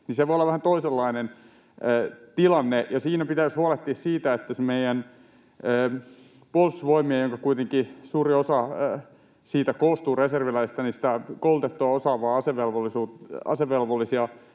se voi olla vähän toisenlainen tilanne. Siinä pitäisi huolehtia siitä, että meidän puolustusvoimien — joista kuitenkin suuri osa koostuu reserviläisistä — koulutettujen, osaavien asevelvollisten joukkoja